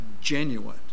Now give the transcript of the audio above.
genuine